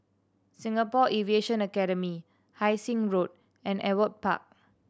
Singapore Aviation Academy Hai Sing Road and Ewart Park